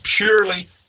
purely